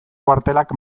kuartelak